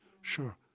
sure